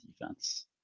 defense